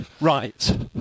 Right